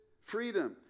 freedom